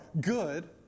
good